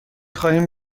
خواهیم